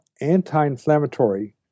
anti-inflammatory